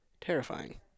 terrifying